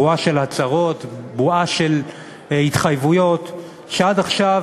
בועה של הצהרות, בועה של התחייבויות, שעד עכשיו